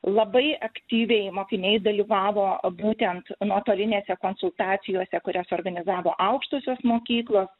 labai aktyviai mokiniai dalyvavo būtent nuotolinėse konsultacijose kurias organizavo aukštosios mokyklos